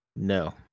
No